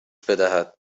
بدهد